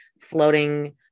floating